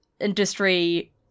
industry